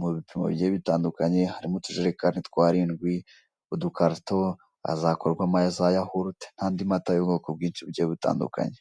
mu bipimo bigiye bitandukanye harimo utujerekani tw'arindwi, udukarito azakorwamo za yawurute, n'andi mata y'ubwoko bwinshi bugiye butandukanye.